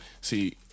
See